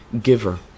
giver